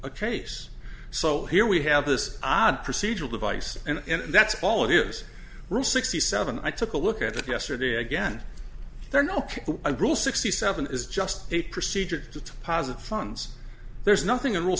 a case so here we have this odd procedural device and that's all it is sixty seven i took a look at it yesterday again there are no rules sixty seven is just a procedure to posit funds there's nothing